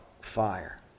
fire